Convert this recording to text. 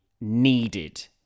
needed